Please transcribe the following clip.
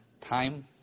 time